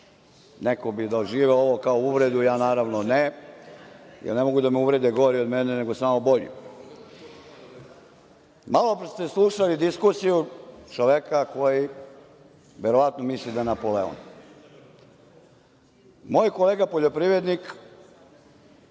Neko bi doživeo ovo kao uvredu, ja naravno ne, jer ne mogu da me uvrede gori od mene, nego samo bolji. Malopre ste slušali diskusiju čoveka koji verovatno misli da je Napoleon. Moj kolega poljoprivrednik